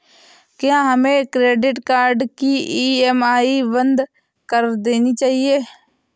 क्या हमें credit card की ई.एम.आई बंद कर देनी चाहिए?